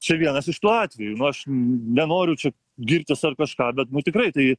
čia vienas iš tų atvejų nu aš nenoriu čia girtis ar kažką bet nu tikrai tai